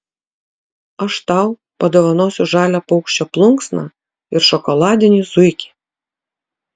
aš tau padovanosiu žalią paukščio plunksną ir šokoladinį zuikį